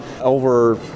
over